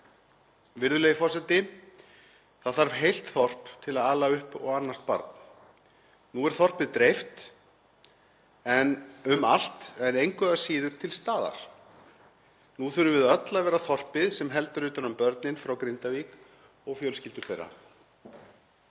Virðulegi forseti. Það þarf heilt þorp til að ala upp og annast barn. Nú er þorpið dreift um allt en engu að síður til staðar. Nú þurfum við öll að vera þorpið sem heldur utan um börnin frá Grindavík og fjölskyldur þeirra.